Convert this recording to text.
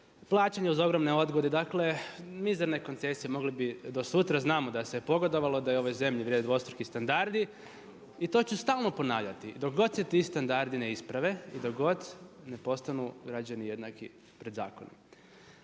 plaćanje uz ogromne odgode, dakle, mizerne koncesije, mogli bi do sutra. Znamo da se pogodovalo, da je ovoj zemlji vrijede dvostruki standardi, i to ću stalno ponavljati. Dok god se ti standardi ne isprave i dok god ne postanu građani jednaki pred zakonom.